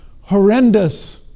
horrendous